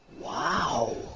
Wow